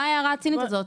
למה ההערה הצינית הזאת?